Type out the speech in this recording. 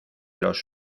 los